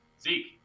Zeke